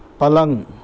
پلنگ